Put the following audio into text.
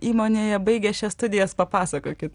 įmonėje baigę šias studijas papasakokit